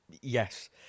Yes